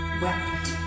wept